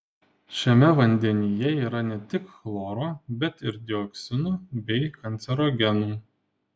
šiame vandenyje yra ne tik chloro bet ir dioksinu bei kancerogenų